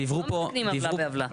לא מתקנים עוולה בעוולה.